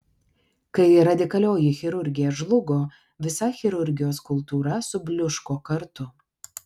kai radikalioji chirurgija žlugo visa chirurgijos kultūra subliūško kartu